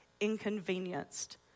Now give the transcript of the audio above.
inconvenienced